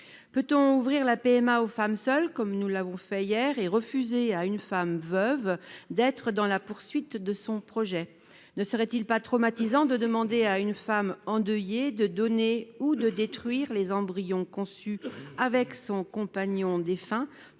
assistée (PMA) aux femmes seules, comme nous l'avons fait hier, et refuser à une veuve de poursuivre son projet ? Ne serait-il pas traumatisant de demander à une femme endeuillée de donner ou de détruire les embryons conçus avec son compagnon tout